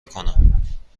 کنم